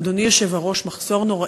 אדוני היושב-ראש, מחסור נוראי.